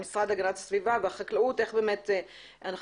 המשרד להגנת הסביבה והחקלאות איך באמת אנחנו